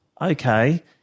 Okay